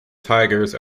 tigers